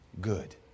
good